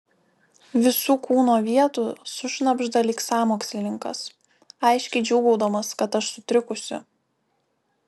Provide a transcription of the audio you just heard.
visų kūno vietų sušnabžda lyg sąmokslininkas aiškiai džiūgaudamas kad aš sutrikusi